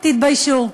תתביישו.